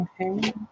Okay